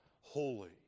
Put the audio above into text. Holy